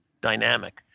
dynamic